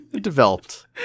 developed